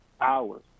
hours